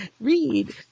read